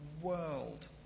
world